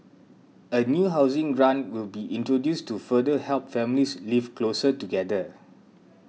a new housing grant will be introduced to further help families live closer together